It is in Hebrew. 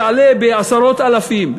יעלה בעשרות אלפים,